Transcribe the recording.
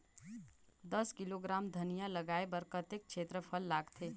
दस किलोग्राम धनिया लगाय बर कतेक क्षेत्रफल लगथे?